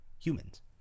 humans